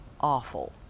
awful